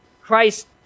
Christ